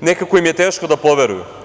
nekako im je teško da poveruju.